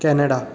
Canada